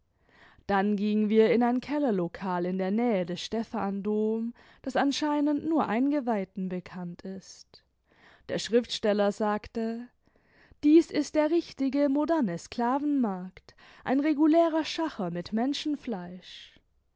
dann gingen wir in ein kellerlokal in der nähe des stephandom das anscheinend nur eingeweihten bekannt ist der schriftsteller sagte dies ist der richtige moderne sklavenmaiict ein regulärer schacher mit menschenfleisch